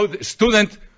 student